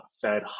Fed